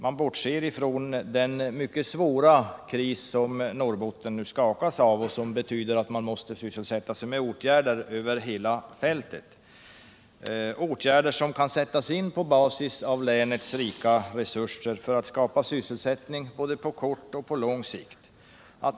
Man bortser från den mycket svåra kris som Norrbotten nu skakas av och som betyder att de berörda måste sysselsättas med åtgärder över hela fältet, vilka kan sättas in på basis av länets rika resurser för att skapa sysselsättning både på kort och på lång sikt.